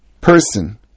person